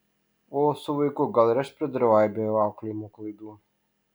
o su vaiku gal aš pridariau aibę auklėjimo klaidų